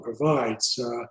provides